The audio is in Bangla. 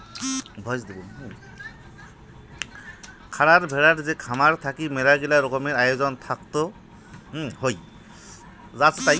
খারার ভেড়ার যে খামার থাকি মেলাগিলা রকমের আয়োজন থাকত হই